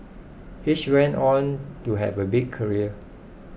each went on to have a big career